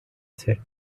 said